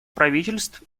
правительств